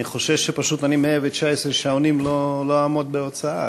אני חושש שאני לא אעמוד בהוצאה